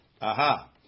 Aha